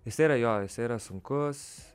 jisai jo jisai yra sunkus